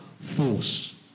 force